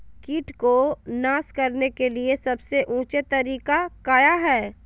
किट को नास करने के लिए सबसे ऊंचे तरीका काया है?